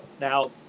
Now